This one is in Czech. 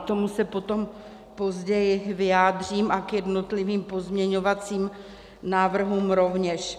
K tomu se potom později vyjádřím a k jednotlivým pozměňovacím návrhům rovněž.